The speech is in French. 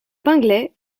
pinglet